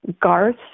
Garth